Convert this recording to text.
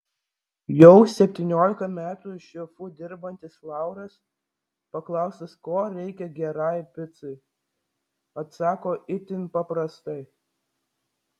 jau septyniolika metų šefu dirbantis lauras paklaustas ko reikia gerai picai atsako itin paprastai